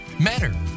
matter